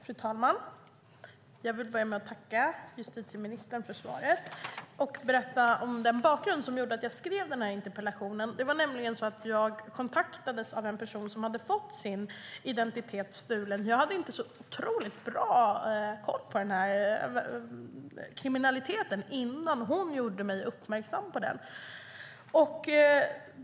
Fru talman! Jag vill börja med att tacka justitieministern för svaret och berätta om bakgrunden till att jag skrev interpellationen. Jag kontaktades nämligen av en person som hade fått sin identitet stulen. Jag hade inte särskilt bra koll på den typen av kriminalitet förrän hon gjorde mig uppmärksam på den.